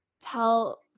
tell